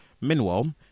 Meanwhile